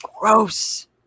gross